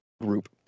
group